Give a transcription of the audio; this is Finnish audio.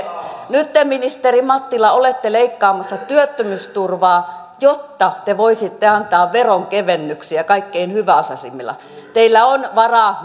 nyt te ministeri mattila olette leikkaamassa työttömyysturvaa jotta te voisitte antaa veronkevennyksiä kaikkein hyväosaisimmille teillä on varaa